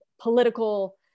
political